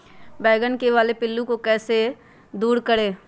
बैंगन मे होने वाले पिल्लू को कैसे दूर करें?